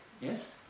yes